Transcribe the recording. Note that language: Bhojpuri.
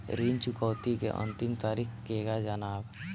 ऋण चुकौती के अंतिम तारीख केगा जानब?